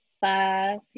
five